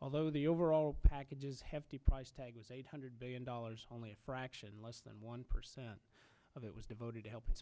although the overall package is hefty price tag was eight hundred billion dollars only a fraction less than one percent of it was devoted to helping